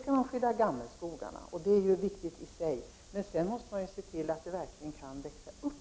De gamla skogarna skall skyddas, vilket är viktigt i sig, men man måste också se till att det kan växa upp skog.